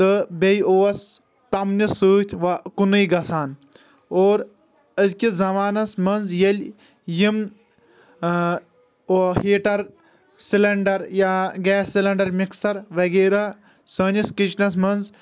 تہٕ بیٚیہِ اوس تمنہِ سۭتۍ کُنُے گژھان اور أزۍ کِس زمانس منٛز ییٚلہِ یِم ہیٖٹر سِلنڈر یا گیس سِلنڈر مکسر وغیرہ سأنِس کِچنس منٛز